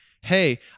Hey